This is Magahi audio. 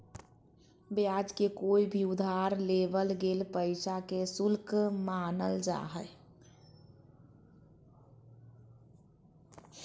ब्याज के कोय भी उधार लेवल गेल पैसा के शुल्क मानल जा हय